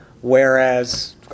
Whereas